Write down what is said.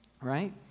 right